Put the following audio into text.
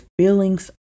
feelings